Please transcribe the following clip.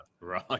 right